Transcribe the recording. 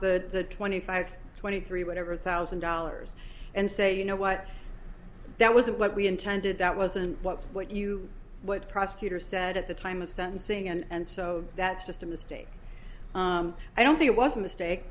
the twenty five twenty three whatever thousand dollars and say you know what that wasn't what we intended that wasn't what what you what prosecutors said at the time of sentencing and so that's just a mistake i don't think it was a mistake